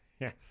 yes